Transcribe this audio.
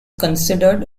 considered